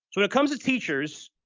when it comes to teachers,